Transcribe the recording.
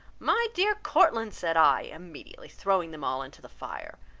my dear courtland said i, immediately throwing them all into the fire,